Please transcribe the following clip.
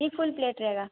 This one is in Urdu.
ایک فل پلیٹ رہے گا